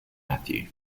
matthew